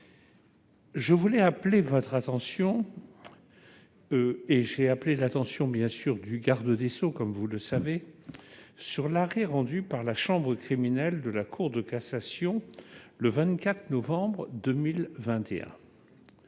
Je voulais appeler votre attention et j'ai appelé l'attention bien sûr du garde des Sceaux, comme vous le savez, sur l'arrêt rendu par la chambre criminelle de la Cour de cassation, le 24 novembre 2021